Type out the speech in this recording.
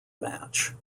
match